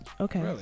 Okay